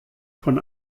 von